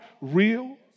real